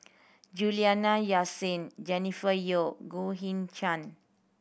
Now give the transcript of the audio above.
Juliana Yasin Jennifer Yeo Goh Eng Han